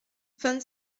vingt